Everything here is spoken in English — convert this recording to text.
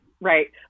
right